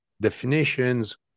definitions